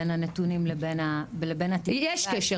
בין הנתונים לבין ה- יש קשר,